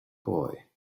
boy